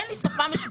אין לי שפה משותפת.